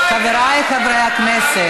חבריי חברי הכנסת